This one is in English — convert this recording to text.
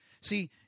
See